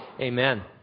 Amen